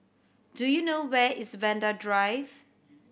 do you know where is Vanda Drive